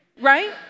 Right